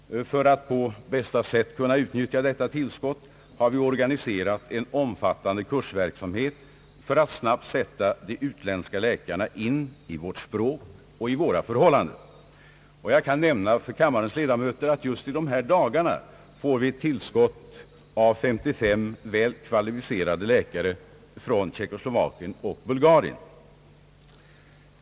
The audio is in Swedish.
För att på bästa sätt kunna utnyttja detta tillskott har vi organiserat en omfattande kursverksamhet för att snabbt sätta de utländska läkarna in i vårt språk och i våra förhållanden. Jag kan nämna för kammarens ledamöter, att just i de här dagarna får vi ett tillskott av 55 väl kvalificerade läkare från Tjeckoslovakien och Bulgarien.